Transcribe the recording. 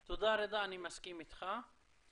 תודה, רדא, אני מסכים איתך.